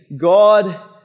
God